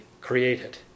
created